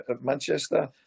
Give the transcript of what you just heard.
Manchester